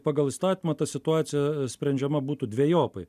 pagal įstatymą ta situacija sprendžiama būtų dvejopai